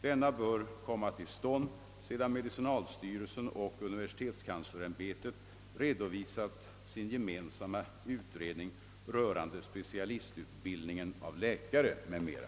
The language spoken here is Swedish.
Denna bör komma till stånd sedan medicinalstyrelsen och universitetskanslersämbetet redovisat sin gemensamma utredning rörande specialistutbildningen av läkare m.m.